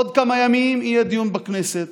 עוד כמה ימים יהיה דיון בכנסת.